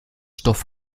stoff